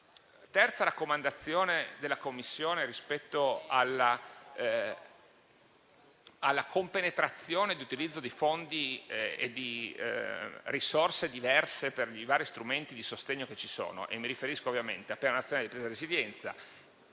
terza raccomandazione della Commissione rispetto alla compenetrazione di utilizzo di fondi e di risorse diverse per i vari strumenti di sostegno che ci sono. Mi riferisco ovviamente al Piano nazionale di ripresa e resilienza,